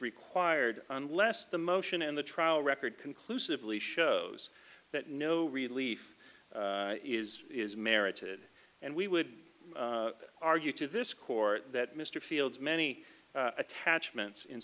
required unless the motion in the trial record conclusively shows that no relief is is merited and we would argue to this court that mr fields many attachments